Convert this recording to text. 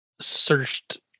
searched